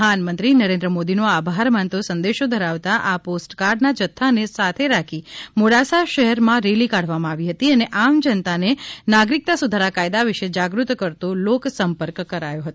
પ્રધાનમંત્રી નરેન્દ્ર મોદીનો આભાર માનતો સંદેશો ધરાવતા આ પોસ્ટકાર્ડના જથ્થાને સાથે રાખી મોડાસા શહેરમાં રેલી કાદવમાં આવી હતી અને આમ જનતાને નાગરિકતા સુધારા કાયદા વિષે જાગૃત કરતો લોક સંપર્ક કરાયો હતો